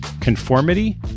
conformity